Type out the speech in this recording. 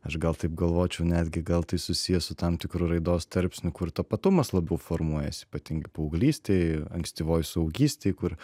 aš gal taip galvočiau netgi gal tai susiję su tam tikru raidos tarpsniu kur tapatumas labiau formuojasi ypatingai paauglystėj ankstyvoj suaugystėj kur